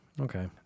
Okay